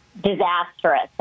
disastrous